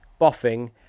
boffing